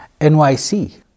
nyc